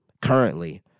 currently